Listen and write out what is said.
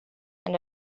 and